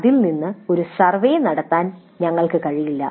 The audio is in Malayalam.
അതിൽ നിന്ന് ഒരു സർവേ നടത്താൻ ഞങ്ങൾക്ക് കഴിയില്ല